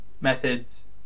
methods